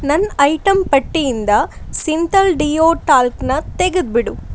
ನನ್ನ ಐಟಮ್ ಪಟ್ಟಿಯಿಂದ ಸಿಂತಾಲ್ ಡಿಯೋ ಟಾಲ್ಕ್ನ ತೆಗೆದುಬಿಡು